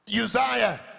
Uzziah